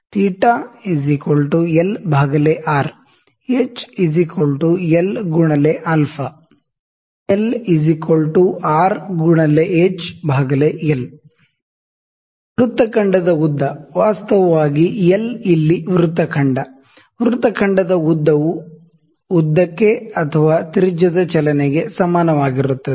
theta θ L R H L x alpha α L R x H L ವೃತ್ತ ಖಂಡದ ಉದ್ದ ವಾಸ್ತವವಾಗಿ ಎಲ್ ಇಲ್ಲಿ ವೃತ್ತ ಖಂಡ ವೃತ್ತ ಖಂಡದ ಉದ್ದ ವು ಉದ್ದಕ್ಕೆ ಅಥವಾ ತ್ರಿಜ್ಯದ ಚಲನೆ ಗೆ ಸಮಾನ ಆಗಿರುತ್ತದೆ